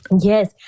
yes